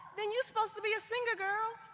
then you're supposed to be a singer, girl.